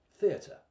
theatre